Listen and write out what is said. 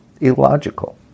Illogical